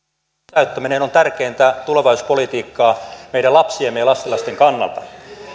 pysäyttäminen on tärkeintä tulevaisuuspolitiikkaa meidän lapsiemme ja lastenlastemme kannalta